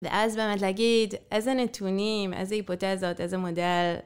ואז באמת להגיד, איזה נתונים, איזה היפותזות, איזה מודל